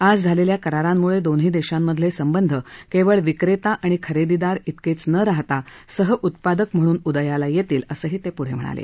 आज झालेल्या करारांमुळे दोन्ही देशांमधले संबंध केवळ विक्रेता आणि खरेदीदार इतकेच न राहता सहउत्पादक म्हणून उदयाला येतील असंही ते पुढं म्हणाले